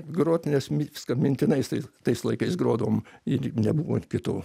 grot nes viską mintinai tais laikais grodavom ir nebuvo kitų